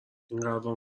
انقدرام